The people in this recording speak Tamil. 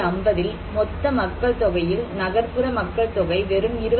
1950இல் மொத்த மக்கள் தொகையில் நகர்ப்புற மக்கள்தொகை வெறும் 29